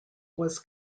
was